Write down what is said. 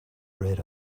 rid